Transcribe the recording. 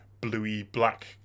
bluey-black